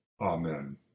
Amen